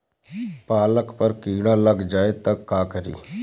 पालक पर कीड़ा लग जाए त का करी?